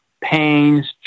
pains